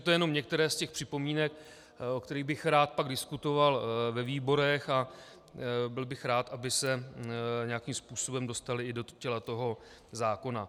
To jenom některé z těch připomínek, o kterých bych pak rád diskutoval ve výborech, a byl bych rád, aby se nějakým způsobem dostaly i do těla toho zákona.